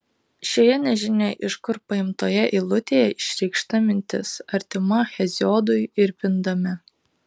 šioje nežinia iš kur paimtoje eilutėje išreikšta mintis artima heziodui ir pindami